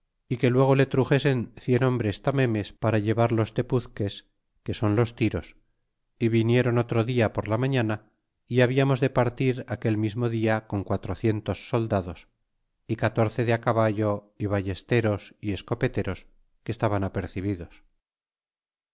y que luego le truxesen cien hombres tamemes para llevar los tepuzques que son los tiros y vinieron otro dia por la mañana y hablamos de partir aquel mismo dia con quatrocientos soldados y catorce de caballo y ballesteros y escopeteros que estaban apercibidos y